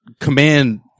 Command